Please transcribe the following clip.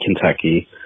Kentucky